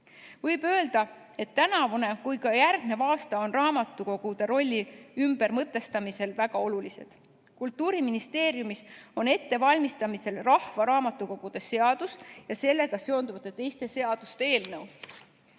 Võib öelda, et nii tänavune kui ka järgmine aasta on raamatukogude rolli ümbermõtestamisel väga olulised. Kultuuriministeeriumis on ettevalmistamisel rahvaraamatukogu seaduse ja sellega seonduvate teiste seaduste muutmise